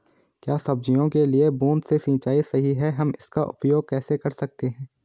क्या सब्जियों के लिए बूँद से सिंचाई सही है हम इसका उपयोग कैसे कर सकते हैं?